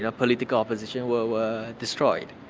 and political opposition, was destroyed.